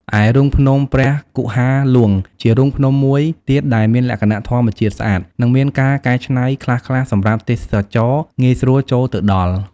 ឯ រូងភ្នំព្រះគុហារហ្លួង ជារូងភ្នំមួយទៀតដែលមានលក្ខណៈធម្មជាតិស្អាត និងមានការកែច្នៃខ្លះៗសម្រាប់ទេសចរណ៍ងាយស្រួលចូលទៅដល់។